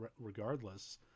regardless